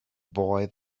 boy